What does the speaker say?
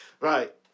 right